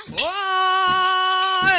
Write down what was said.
o